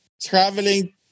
traveling